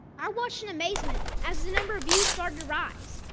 i watched in amazement as the number of views started to rise.